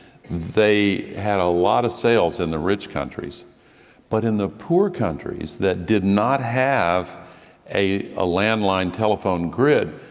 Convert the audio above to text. they had a lot of sales in the rich countries but in the poor countries that did not have a a landline telephone grid,